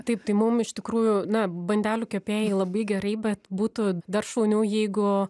taip tai mum iš tikrųjų na bandelių kepėjai labai gerai bet būtų dar šauniau jeigu